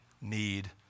need